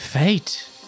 Fate